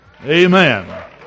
Amen